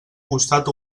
costat